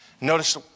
Notice